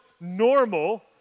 normal